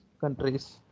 countries